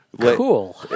Cool